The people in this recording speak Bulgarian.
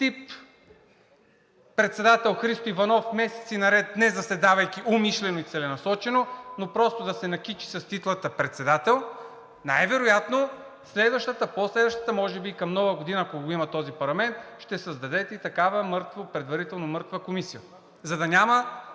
тип – председател Христо Иванов, месеци наред не заседавайки умишлено и целенасочено, но просто да се накичи с титлата председател, най-вероятно следващата, по-следващата, а може би към Нова година, ако го има този парламент, ще създадете и такава предварително мъртва комисия,